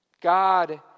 God